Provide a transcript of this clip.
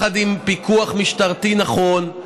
בפיקוח משטרתי נכון,